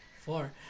Four